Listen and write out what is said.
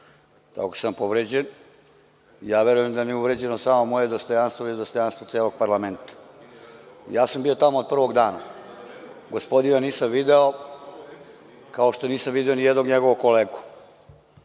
u Obrenovcu. Ja verujem da nije uvređeno samo moje dostojanstvo, već dostojanstvo celog parlamenta. Ja sam bio tamo od prvog dana. Gospodina nisam video, kao što nisam video ni jednog njegovog kolegu.